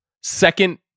second